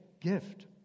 gift